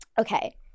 Okay